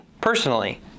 personally